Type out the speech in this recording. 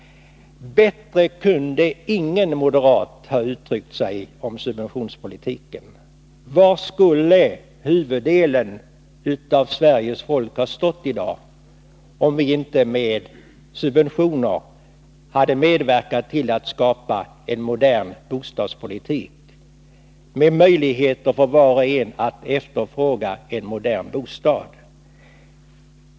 Bättre kunde ingen moderat ha uttryckt sig om subventionspolitiken. Men var skulle huvuddelen av svenska folket ha stått i dag, om vi inte med subventioner hade medverkat till att skapa en modern bostadspolitik med möjlighet för var och en att efterfråga en modern bostad?